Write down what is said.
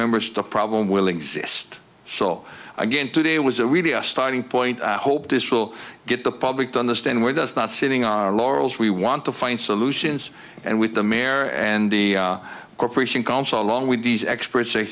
members the problem will exist so again today was a really a starting point i hope this will get the public to understand where does not sitting on our laurels we want to find solutions and with the mayor and the corporation council along with these experts say